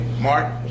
mark